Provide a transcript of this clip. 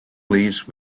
lease